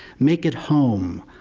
make it home.